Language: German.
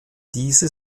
diese